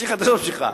יש לי חדשות בשבילך.